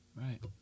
Right